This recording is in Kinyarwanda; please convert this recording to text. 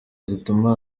zituma